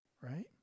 Right